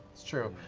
that's true.